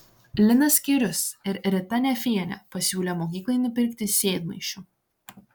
linas skierius ir rita nefienė pasiūlė mokyklai nupirkti sėdmaišių